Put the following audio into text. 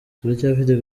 turacyafite